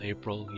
April